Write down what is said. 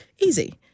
Easy